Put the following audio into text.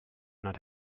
not